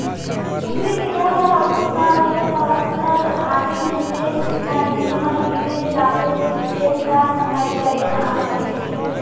कुकरी के घर ह उच्च म रही त ओखर हागे मूते ह नीचे म गिर जाथे जेन ल सफई करे म असानी होथे